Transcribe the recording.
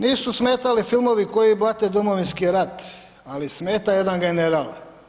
Nisu smetali filmovi koji blate Domovinski rat, ali smeta jedan „General“